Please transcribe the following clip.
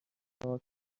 سارس